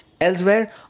Elsewhere